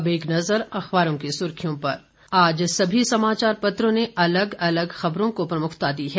अब एक नजर अखबारों की सुर्खियों पर आज सभी समाचार पत्रों ने अलग अलग खबरों को प्रमुखता दी है